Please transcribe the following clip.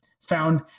found